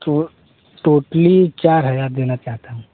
तो वह टोटली चार हज़ार देना चाहता हूँ